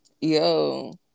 Yo